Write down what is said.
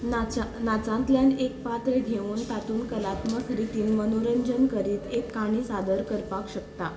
नाचा नाचांतल्यान एक पात्र घेवन तातूंत कलात्मक रितीन मनोरंजन करीत एक काणी सादर करपाक शकता